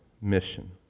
mission